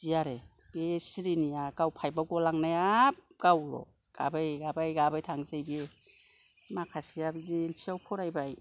बिदि आरो बे सिरिनिया गाव फाइभआव गलांनाया गाव गाबै गाबै गाबै थांसै बियो माखासेया बिदि एलपिआव फरायबाय